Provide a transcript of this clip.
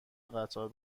قطار